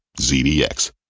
ZDX